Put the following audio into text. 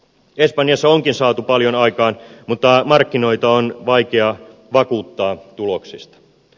espanjassa onkin saatu paljon aikaan mutta markkinoita on vaikea vakuuttaa tuloksista